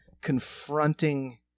confronting